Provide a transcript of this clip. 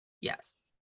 Yes